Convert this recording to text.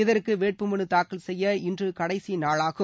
இதற்கு வேட்புமனு தாக்கல் செய்ய இன்று கடைசி நாளாகும்